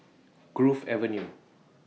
Grove Avenue